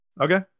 Okay